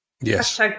Yes